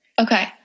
Okay